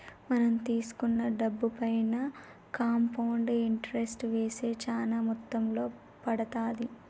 మనం తీసుకున్న డబ్బుపైన కాంపౌండ్ ఇంటరెస్ట్ వేస్తే చానా మొత్తంలో పడతాది